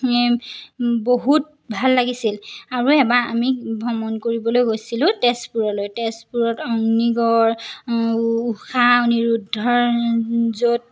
বহুত ভাল লাগিছিল আৰু এবাৰ আমি ভ্ৰমণ কৰিবলৈ গৈছিলোঁ তেজপুৰলৈ তেজপুৰত অগ্নিগড় উষা অনিৰুদ্ধ